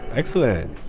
excellent